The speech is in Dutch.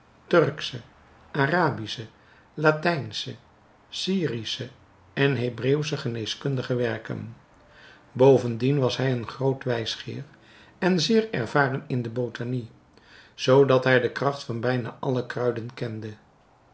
turksche arabische latijnsche syrische en hebreeuwsche geneeskundige werken bovendien was hij een groot wijsgeer en zeer ervaren in de botanie zoodat hij de kracht van bijna alle kruiden kende